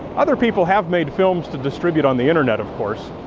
other people have made films to distribute on the internet, of course,